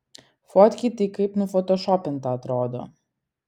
fotkėj tai kaip nufotošopinta atrodo